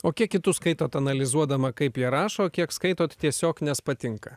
o kiek kitus skaitot analizuodama kaip jie rašo o kiek skaitot tiesiog nes patinka